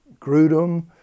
Grudem